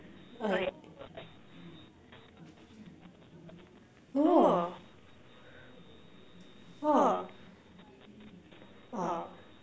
uh no oh !wah!